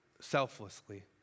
selflessly